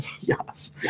Yes